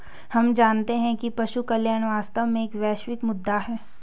हम मानते हैं कि पशु कल्याण वास्तव में एक वैश्विक मुद्दा है